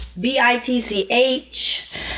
B-I-T-C-H